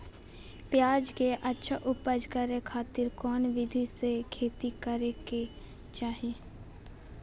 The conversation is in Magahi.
प्याज के अच्छा उपज करे खातिर कौन विधि से खेती करे के चाही?